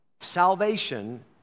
Salvation